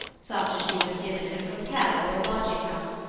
such as she would have given in a hotel or lodging-house,